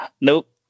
nope